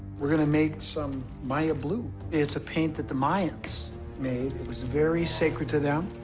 we're gonna make some maya blue. it's a paint that the mayans made. it was very sacred to them.